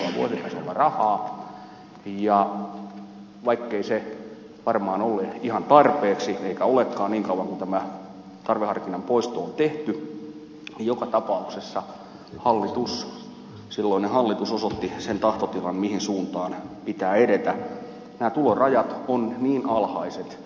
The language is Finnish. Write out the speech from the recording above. vaikkei se varmaan ollut ihan tarpeeksi eikä olekaan niin kauan kunnes tämä tarveharkinnan poisto on tehty niin joka tapauksessa silloinen hallitus osoitti sen tahtotilan mihin suuntaan pitää edetä